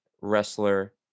wrestler